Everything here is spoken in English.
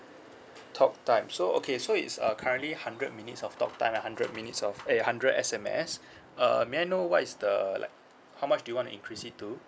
talk time so okay so it's uh currently hundred minutes of talk time and hundred minutes of eh hundred S_M_S uh may I know what is the how much do you want to increase it to